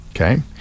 Okay